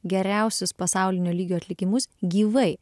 geriausius pasaulinio lygio atlikimus gyvai